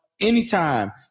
Anytime